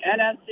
NFC